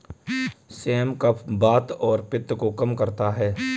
same कफ, वात और पित्त को कम करता है